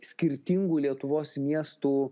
skirtingų lietuvos miestų